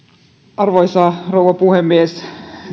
arvoisa rouva puhemies